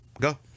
Go